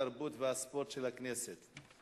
התרבות והספורט של הכנסת.